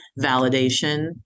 validation